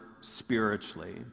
spiritually